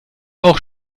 auch